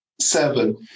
seven